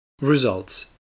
Results